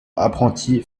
apprenti